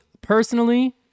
personally